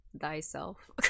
thyself